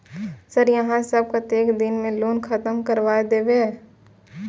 Sir यहाँ सब कतेक दिन में लोन खत्म करबाए देबे?